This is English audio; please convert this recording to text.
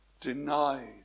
denied